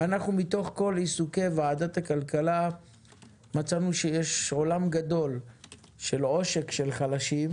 מתוך כל עיסוקי ועדת הכלכלה מצאנו שיש עולם גדול של עושק של חלשים,